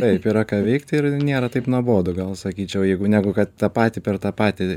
taip yra ką veikti ir nėra taip nuobodu gal sakyčiau jeigu negu kad tą patį per tą patį